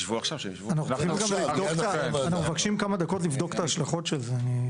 אנחנו מבקשים כמה דקות לבדוק את ההשלכות של זה.